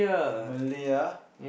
Malay ah